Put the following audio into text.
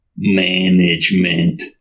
Management